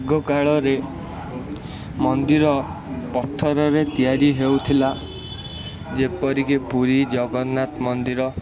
ଆଗ କାଳରେ ମନ୍ଦିର ପଥରରେ ତିଆରି ହେଉଥିଲା ଯେପରିକି ପୁରୀ ଜଗନ୍ନାଥ ମନ୍ଦିର